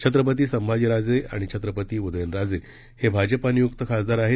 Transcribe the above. छत्रपती संभाजीराजे आणि छत्रपती उदयनराजे हे भाजपा नियुक्त खासदार आहेत